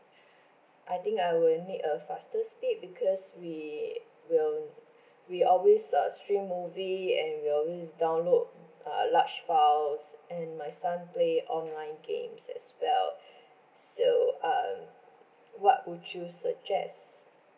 I think I will need a faster speed because we will we always uh stream movie and we always download uh large files and my son play online games as well so um what would you suggest